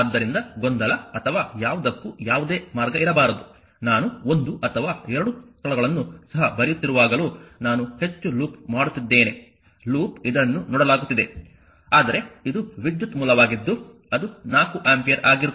ಆದ್ದರಿಂದ ಗೊಂದಲ ಅಥವಾ ಯಾವುದಕ್ಕೂ ಯಾವುದೇ ಮಾರ್ಗ ಇರಬಾರದು ನಾನು ಒಂದು ಅಥವಾ ಎರಡು ಸ್ಥಳಗಳನ್ನು ಸಹ ಬರೆಯುತ್ತಿರುವಾಗಲೂ ನಾನು ಹೆಚ್ಚು ಲೂಪ್ ಮಾಡುತ್ತಿದ್ದೇನೆ ಲೂಪ್ ಇದನ್ನು ನೋಡಲಾಗುತ್ತಿದೆ ಆದರೆ ಇದು ವಿದ್ಯುತ್ ಮೂಲವಾಗಿದ್ದು ಅದು 4 ಆಂಪಿಯರ್ ಆಗಿರುತ್ತದೆ